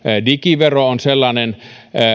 digivero on sellainen